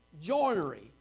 joinery